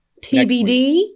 TBD